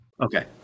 Okay